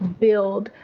build,